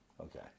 Okay